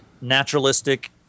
naturalistic